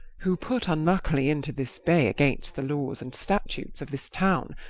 who put unluckily into this bay against the laws and statutes of this town,